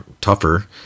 tougher